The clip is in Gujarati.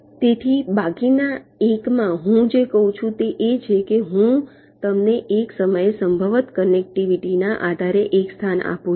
તેથી બાકીના એકમાં હું જે કહું છું તે એ છે કે હું તેમને એક સમયે સંભવતઃ કનેક્ટિવિટીના આધારે એક સ્થાન આપું છું